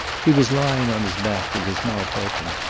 he was lying on his back, with his mouth open.